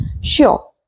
Sure